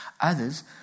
Others